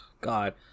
God